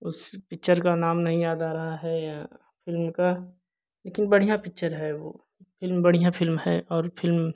उस पिक्चर का नाम नहीं याद आ रहा है उनका लेकिन बढ़िया पिक्चर है वह फ़िल्म बढ़िया फ़िल्म है और फ़िल्म